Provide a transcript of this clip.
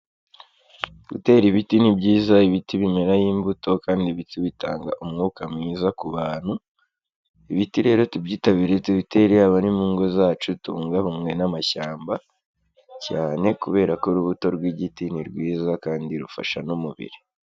Gutera ibiti ni byiza, ibiti bimeraho imbuto kandi ibiti bitanga umwuka mwiza ku bantu. Ibiti rero tubyitabire tebitere yabari mu ngo zacu, tubungabunge n'amashyamba, cyane. Kubera ko urubuto rw'igiti ni rwiza kandi rufasha n'umubiri.